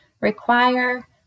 require